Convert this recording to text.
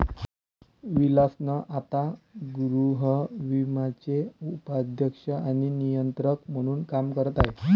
Wilson आता गृहविम्याचे उपाध्यक्ष आणि नियंत्रक म्हणून काम करत आहेत